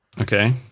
Okay